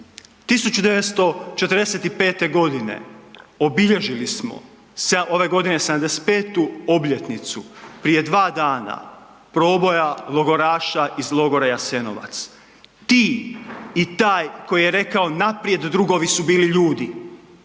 1945.g. obilježili smo ove godine 75. obljetnicu prije 2 dana proboja logoraša iz logora Jasenovac. Ti i taj koji je rekao „naprijed drugovi“ su bili ljudi.